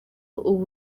ubu